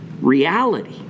reality